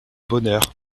bonheur